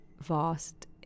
vast